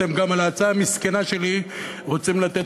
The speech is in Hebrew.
אתם גם על ההצעה המסכנה שלי רוצים לתת